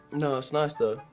no, it's nice though.